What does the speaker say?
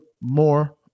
more